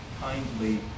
kindly